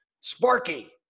Sparky